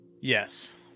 Yes